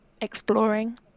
exploring